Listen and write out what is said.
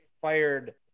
fired